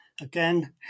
again